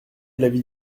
l’avis